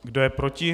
Kdo je proti?